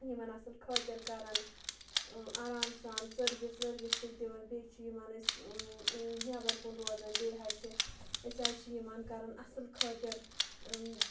یِمَن اصٕل خٲطِر کَران آرام سان سٔروِس ؤروِس چھِکھ دِوان بیٚیہِ چھِ یِمَن أسۍ نٮ۪بَر کُن روزان بیٚیہِ حظ چھِ أسۍ حظ چھِ یِمَن کَران اَصٕل خٲطر